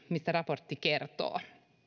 mistä raportti kertoo